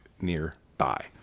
nearby